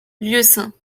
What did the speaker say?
lieusaint